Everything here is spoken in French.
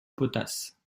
potasse